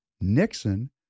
Nixon